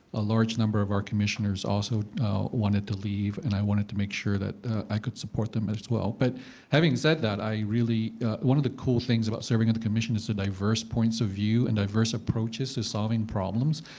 a large number of our commissioners also wanted to leave. and i wanted to make sure that i could support them as well. but having said that, i really one of the cool things about serving in the commission is the diverse points of view and diverse approaches to solving problems.